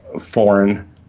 foreign